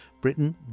Britain